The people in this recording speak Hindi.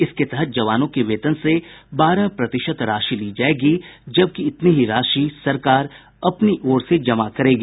इसके तहत जवानों के वेतन से बारह प्रतिशत राशि ली जायेगी जबकि इतनी ही राशि सरकार अपनी ओर से जमा करेगी